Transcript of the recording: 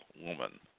woman